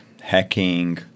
hacking